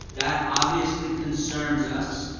that obviously concerns us.